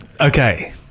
Okay